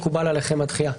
מקובלת עליכם הדחייה.